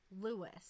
Lewis